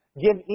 Give